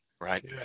right